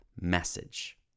message